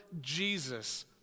Jesus